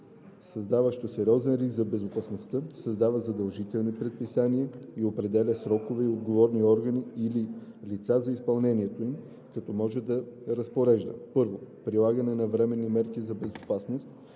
създаващо сериозен риск за безопасността, издава задължителни предписания и определя срокове и отговорни органи или лица за изпълнението им, като може да разпорежда: 1. прилагане на временни мерки за безопасност,